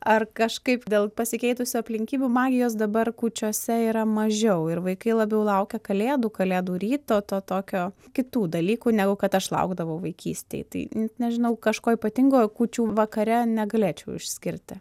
ar kažkaip dėl pasikeitusių aplinkybių magijos dabar kūčiose yra mažiau ir vaikai labiau laukia kalėdų kalėdų ryto to tokio kitų dalykų negu kad aš laukdavau vaikystėj tai net nežinau kažko ypatingo kūčių vakare negalėčiau išskirti